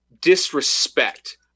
disrespect